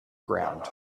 ground